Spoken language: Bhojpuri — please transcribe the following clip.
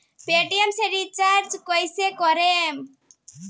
पेटियेम से रिचार्ज कईसे करम?